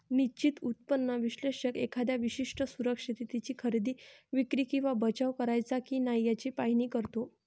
निश्चित उत्पन्न विश्लेषक एखाद्या विशिष्ट सुरक्षिततेची खरेदी, विक्री किंवा बचाव करायचा की नाही याचे पाहणी करतो